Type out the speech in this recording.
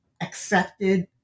accepted